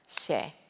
Share